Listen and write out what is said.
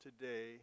today